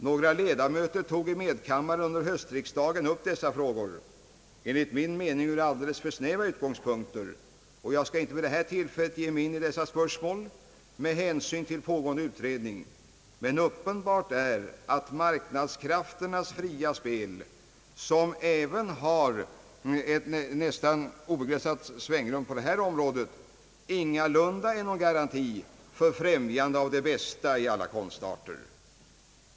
Några ledamöter tog i medkammaren under höstriksdagen upp dessa frågor — enligt min mening ur alldeles för snäva utgångspunkter — och jag skall inte med hänsyn till pågående utredning vid detta tillfälle ge mig in på dessa spörsmål, men uppenbart är att marknadskrafternas fria spel, som här har ett nästan obegränsat svängrum även på detta område, ingalunda är någon garanti för främjandet av det bästa i olika konstarter.